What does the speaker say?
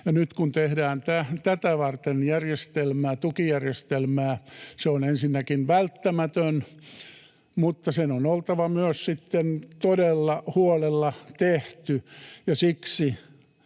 nyt kun tehdään tätä varten tukijärjestelmää, se on ensinnäkin välttämätön mutta sen on oltava myös sitten todella huolella tehty,